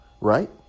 right